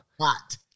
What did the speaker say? hot